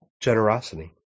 generosity